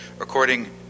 according